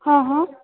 હં હં